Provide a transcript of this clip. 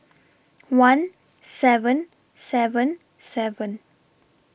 one seven seven seven